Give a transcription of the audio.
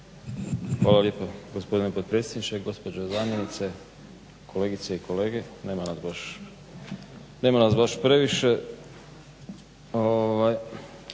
Hvala lijepa gospodine potpredsjedniče, gospođo zamjenice, kolegice i kolege. Nema nas baš previše.